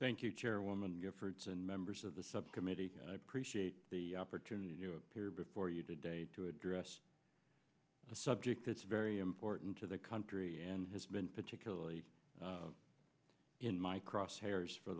thank you chairwoman giffords and members of the subcommittee appreciate the opportunity to appear before you today to address the subject that's very important to the country and has been particularly in my crosshairs for